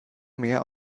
mehr